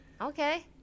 Okay